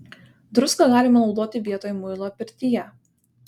druską galima naudoti vietoj muilo pirtyje